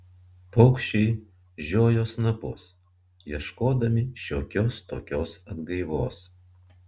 paukščiai žiojo snapus ieškodami šiokios tokios atgaivos